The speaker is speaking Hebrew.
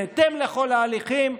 בהתאם לכל ההליכים,